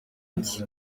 jye